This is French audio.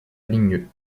ligne